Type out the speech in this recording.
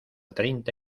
treinta